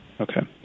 Okay